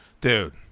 dude